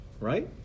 right